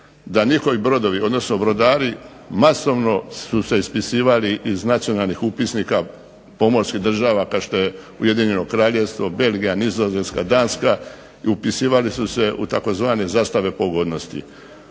da njihovi brodari su se masovno ispisivali iz nacionalnih upisnika pomorskih država kao što je Ujedinjeno Kraljevstvo, Belgija, Nizozemska, Danska i upisivali su se u tzv. Zastave pogodnosti.